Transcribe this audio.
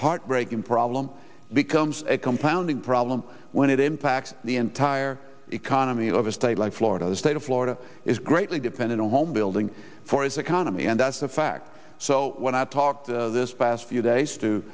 heartbreaking problem becomes a compounding problem when it impacts the entire economy of a state like florida state of florida is greatly dependent on homebuilding for its economy and that's a fact so when i talked this past few days